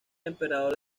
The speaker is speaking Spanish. emperador